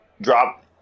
drop